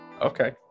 Okay